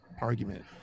argument